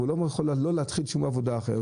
והוא לא יכול להתחיל שום עבודה אחרת,